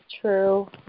true